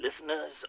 listeners